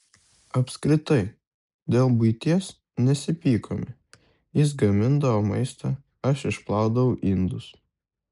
apskritai dėl buities nesipykome jis gamindavo maistą aš išplaudavau indus